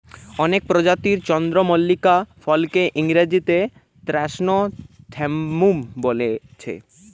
অনেক প্রজাতির চন্দ্রমল্লিকা ফুলকে ইংরেজিতে ক্র্যাসনথেমুম ফুল বোলছে